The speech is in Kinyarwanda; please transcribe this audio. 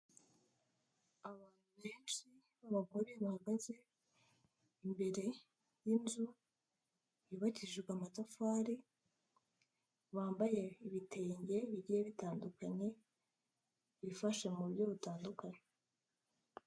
Abantu benshi b'abagore bahagaze imbere y'inzu yubakishijwe amatafari bambaye ibitenge bigiye bitandukanye bifashe mu buryo butandukanye.